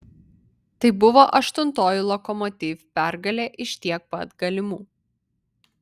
tai buvo aštuntoji lokomotiv pergalė iš tiek pat galimų